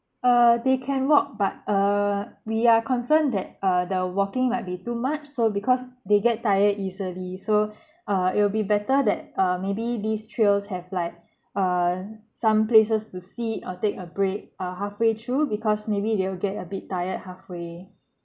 err they can walk but err we are concerned that err the walking might be too much so because they get tired easily so err it will be better that err maybe these trails have like err some places to see or take a break uh halfway through because maybe they will get a bit tired halfway